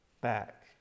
back